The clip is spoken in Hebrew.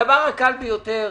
הדבר הקל והטבעי ביותר,